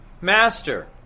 Master